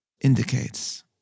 indicates